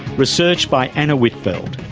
research by anna whitfeld,